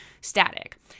static